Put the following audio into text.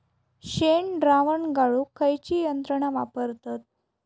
शेणद्रावण गाळूक खयची यंत्रणा वापरतत?